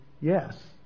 yes